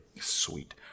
Sweet